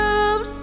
Love